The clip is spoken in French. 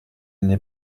n’est